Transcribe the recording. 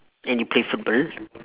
then you play football